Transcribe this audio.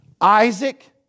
Isaac